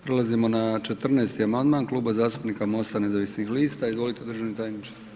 Prelazimo na 14. amandman Kluba zastupnika MOST-a nezavisnih lista, izvolite državni tajniče.